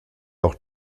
auch